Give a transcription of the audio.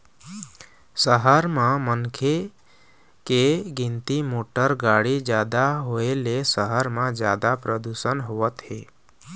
सहर म मनखे के गिनती, मोटर गाड़ी जादा होए ले सहर म जादा परदूसन होवत हे